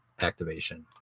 activation